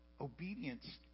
obedience